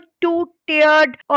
two-tiered